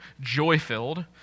joy-filled